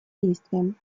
действиям